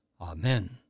Amen